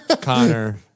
Connor